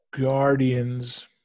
Guardians